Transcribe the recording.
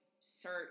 search